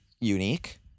unique